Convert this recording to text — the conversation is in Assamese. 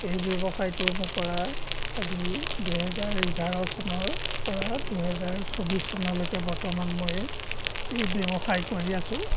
এই ব্যৱসায়টো মোৰ কৰা আজি দুহেজাৰ এঘাৰ চনৰ পৰা দুহেজাৰ চৌব্বিছ চনলৈকে বৰ্তমান মই এই ব্যৱসায় কৰি আছোঁ